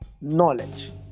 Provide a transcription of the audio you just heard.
knowledge